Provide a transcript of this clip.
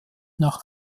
nach